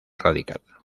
radical